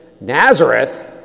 Nazareth